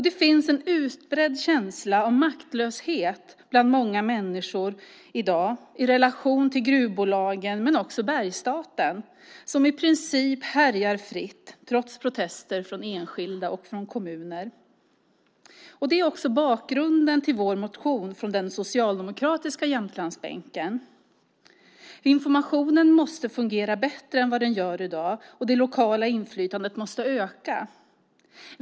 Det finns en utbredd känsla av maktlöshet bland många människor i dag i relation till gruvbolagen men också till Bergsstaten som i princip härjar fritt trots protester från enskilda och från kommuner. Det är också bakgrunden till vår motion från den socialdemokratiska Jämtlandsbänken. Informationen måste fungera bättre än vad den gör i dag. Det lokala inflytandet måste öka.